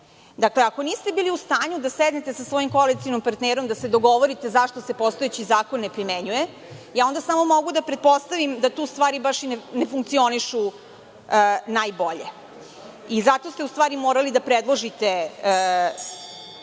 porodilja. Ako niste bili u stanju da sednete sa svojim koalicionim partnerom i da se dogovorite zašto se postojeći zakon ne primenjuje, onda samo mogu da pretpostavim da tu stvari baš i ne funkcionišu najbolje. Zato ste u stvari morali da predložite